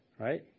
right